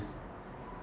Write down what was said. ~ste